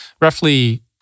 roughly